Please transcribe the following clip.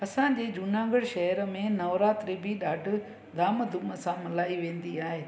असांजी जूनागढ़ शहर में नवरात्रि बि ॾाढे धामधूम सां मल्हाई वेंदी आहे